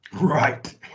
Right